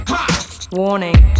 Warning